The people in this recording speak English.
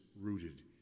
rooted